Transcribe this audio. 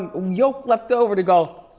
um yolk left over to go.